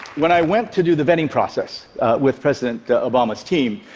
when i went to do the vetting process with president obama's team,